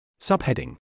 Subheading